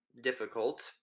difficult